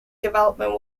development